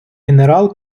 мінерал